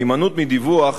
ההימנעות מדיווח